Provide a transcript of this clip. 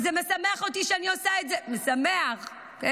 וזה משמח אותי שאני עושה את זה, משמח אני